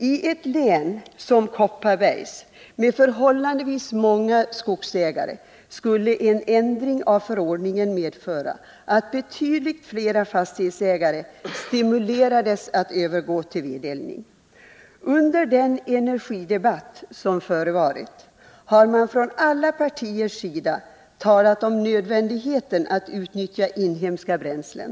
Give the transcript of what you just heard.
I ett län som Kopparbergs, med förhållandevis många skogsägare, skulle en sådan ändring av förordningen medföra att betydligt flera fastighetsägare stimulerades att övergå till vedeldning. Under den energidebatt som förekommit har man från alla partiers sida talat om nödvändigheten av att utnyttja inhemska bränslen.